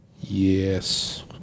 Yes